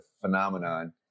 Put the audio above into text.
phenomenon